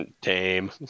Tame